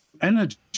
energy